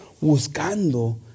buscando